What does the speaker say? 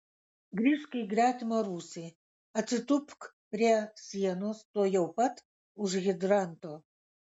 grįžk į gretimą rūsį atsitūpk prie sienos tuojau pat už hidranto